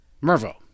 Mervo